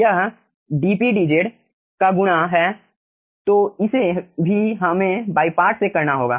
यह dpdz का गुणा है तो इसे भी हमें बाई पार्ट से करना होगा